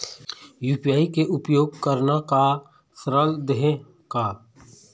UPI के उपयोग करना का सरल देहें का?